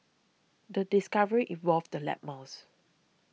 the discovery involved the lab mouse